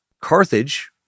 Carthage